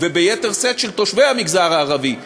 וביתר שאת של תושבי המגזר הערבי.